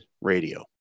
Radio